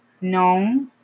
No